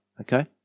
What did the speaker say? Okay